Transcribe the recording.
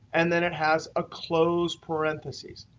and then it has a close parentheses.